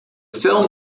film